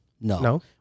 No